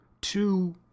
two